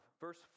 verse